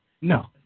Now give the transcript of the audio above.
no